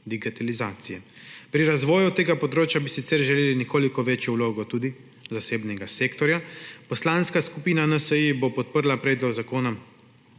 digitalizacije. Pri razvoju tega področja bi sicer želeli nekoliko večjo vlogo tudi zasebnega sektorja. Poslanska skupina NSi bo podprla Predlog zakona